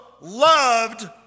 loved